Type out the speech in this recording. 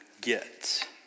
get